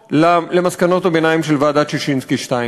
למסקנות הביניים של ועדת ששינסקי השנייה.